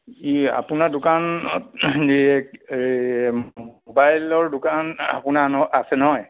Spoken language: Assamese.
কি আপোনাৰ দোকানত মোবাইলৰ দোকান আপোনাৰ ন আছে নহয়